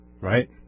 Right